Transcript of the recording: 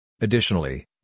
Additionally